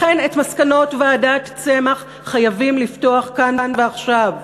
לכן, את מסקנות ועדת צמח חייבים לפתוח כאן ועכשיו.